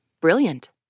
Brilliant